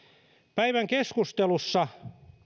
päivän keskustelussa